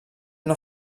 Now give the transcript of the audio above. una